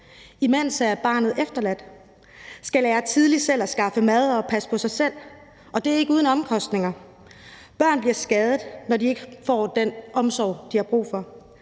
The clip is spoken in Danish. Imens er barnet efterladt og skal lære tidligt selv at skaffe mad og passe på sig selv, og det er ikke uden omkostninger. Børn bliver skadet, når de ikke får den omsorg, de har brug for.